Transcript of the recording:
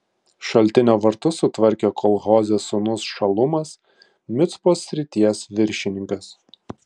šaltinio vartus sutvarkė kol hozės sūnus šalumas micpos srities viršininkas